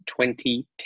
2010